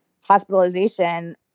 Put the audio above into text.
hospitalization